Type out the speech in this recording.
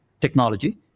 technology